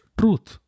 truth